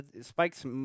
Spike's